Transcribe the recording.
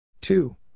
Two